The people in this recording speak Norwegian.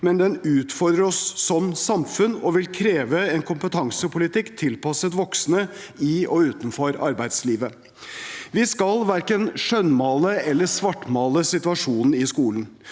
men den utfordrer oss som samfunn og vil kreve en kompetansepolitikk tilpasset voksne i og utenfor arbeidslivet. Vi skal verken skjønnmale eller svartmale situasjonen i skolen.